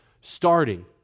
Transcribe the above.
starting